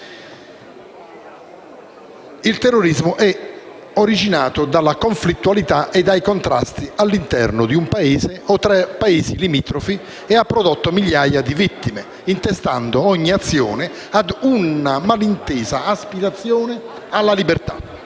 il terrorismo è originato dalla conflittualità e dai contrasti all'interno di un Paese o tra Paesi limitrofi e ha prodotto migliaia di vittime, intestando ogni azione a una malintesa aspirazione alla libertà.